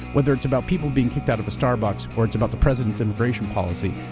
whether it's about people being kicked out of a starbucks or it's about the president's immigration policy,